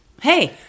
Hey